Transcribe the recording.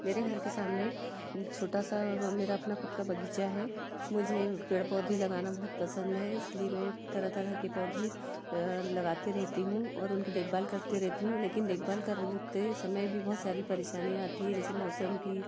मेरे घर के सामने छोटा सा मेरा अपना ख़ुद का बगीचा है मुझे पेड़ पौधे लगाना बहुत पसंद है इसलिए मैं तरह तरह के पौधे लगाते रहती हूँ और उनकी देखभाल करते रेहती हूँ लेकिन करते समय भी बहुत सारी परेशानियाँ आती है जैसे मौसम की